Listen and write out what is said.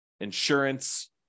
insurance